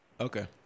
Okay